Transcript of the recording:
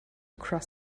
cross